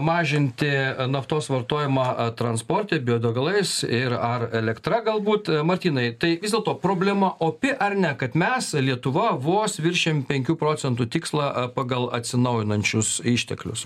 mažinti naftos vartojimą a transporte biodegalais ir ar elektra galbūt martynai tai vis dėlto problema opi ar ne kad mes lietuva vos viršijam penkių procentų tikslą a pagal atsinaujinančius išteklius